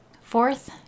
Fourth